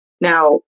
Now